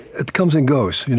it comes and goes.